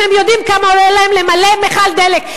אם הם יודעים כמה עולה להם למלא מכל דלק.